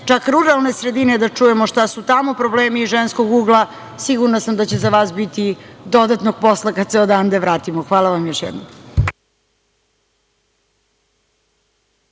čak ruralne sredine da čujemo šta su tamo problemi iz ženskog ugla. Siguran sam da će za vas biti dodatnog posla kada se odande vratimo. Hvala vam još jednom.